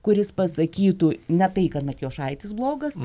kuris pasakytų ne tai kad matijošaitis blogas